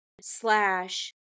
slash